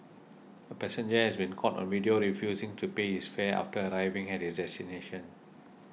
a passenger has been caught on video refusing to pay his fare after arriving at his destination